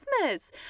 christmas